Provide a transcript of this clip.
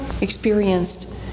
experienced